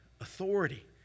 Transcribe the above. Authority